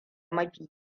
mafi